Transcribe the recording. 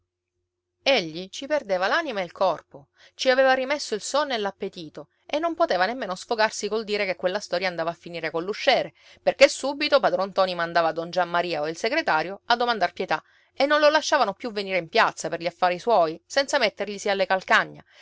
egli ci perdeva l'anima ed il corpo ci aveva rimesso il sonno e l'appetito e non poteva nemmeno sfogarsi col dire che quella storia andava a finire coll'usciere perché subito padron ntoni mandava don giammaria o il segretario a domandar pietà e non lo lasciavano più venire in piazza per gli affari suoi senza metterglisi alle calcagna